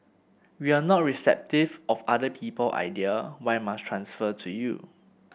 you are not receptive of other people idea why must transfer to you